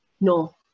No